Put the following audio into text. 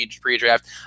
pre-draft